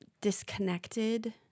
disconnected